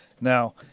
Now